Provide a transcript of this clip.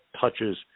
touches